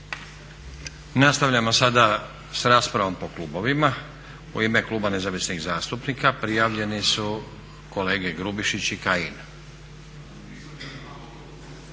Nastavljamo sada s raspravom po klubovima. U ime kluba nezavisnih zastupnika prijavljeni su kolege Grubišić i Kajin.